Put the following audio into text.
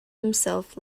himself